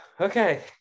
Okay